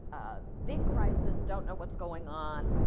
big crisis, don't know what's going on.